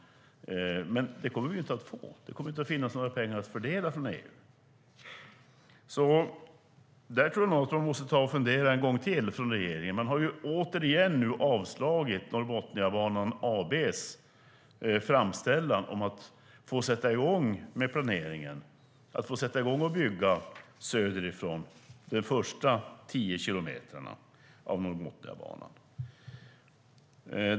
Men det kommer vi inte att få. Det kommer inte att finnas några pengar att fördela från EU. Där tror jag att regeringen måste fundera en gång till. Norrbotniabanan AB:s framställan om att få sätta i gång och bygga de första tio kilometerna av Norrbotniabanan har återigen avslagits.